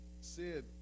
Sid